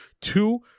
Two